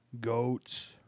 goats